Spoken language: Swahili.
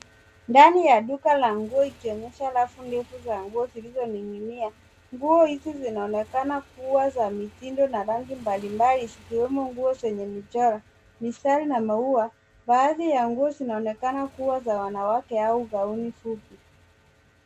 Ndani ya duka la nguo ikionyesha rafu ndefu za nguo zilizoning'inia. Nguo hizi zinaonekana kuwa za mitindo na rangi mbalimbali zikiwemo nguo zenye michoro, mistari na maua. Baadhi ya nguo zinaonekana kuwa za wanawake au gauni fupi.